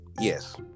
yes